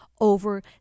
over